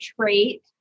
trait